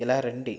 ఇలా రండి